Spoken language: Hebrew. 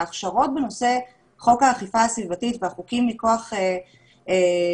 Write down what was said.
ההכשרות בנושא חוק האכיפה הסביבתית והחוקים מכוח חוק